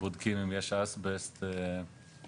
בודקים אם יש אסבסט ומפנים.